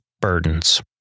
burdens